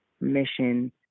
mission